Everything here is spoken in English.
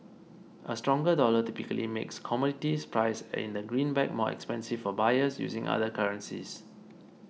a stronger dollar typically makes commodities priced in the green back more expensive for buyers using other currencies